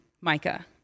Micah